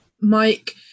Mike